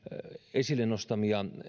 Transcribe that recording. esille nostamia